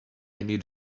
need